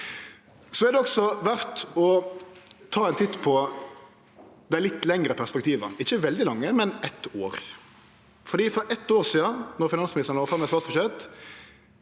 Det er også verdt å ta ein titt på dei litt lengre perspektiva – ikkje veldig lange, men eitt år – fordi for eitt år sidan, då finansministeren la fram eit statsbudsjett,